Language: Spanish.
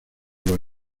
los